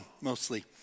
mostly